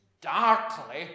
darkly